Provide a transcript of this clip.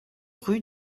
rue